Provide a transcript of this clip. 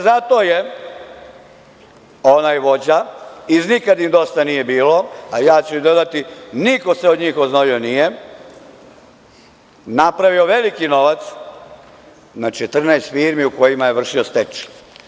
Zato je onaj vođa iz nikad im dosta nije bilo, a ja ću dodati – niko se od njih oznojio nije, napravio veliki novac na 14 firmi u kojima je vršio stečaj.